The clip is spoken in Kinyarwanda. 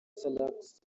salax